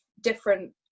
different